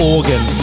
Organ